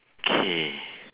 okay